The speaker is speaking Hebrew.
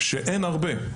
שאין הרבה.